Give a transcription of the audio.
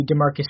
DeMarcus